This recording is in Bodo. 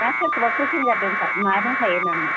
ना सोरखौबा पेसेन्जार दंखायो माबा दंखायो नामा